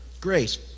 grace